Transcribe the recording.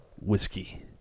whiskey